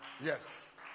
Yes